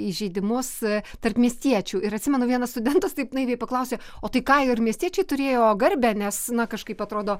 įžeidimus tarp miestiečių ir atsimenu vienas studentas taip naiviai paklausė o tai ką ir miestiečiai turėjo garbę nes na kažkaip atrodo